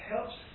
Helps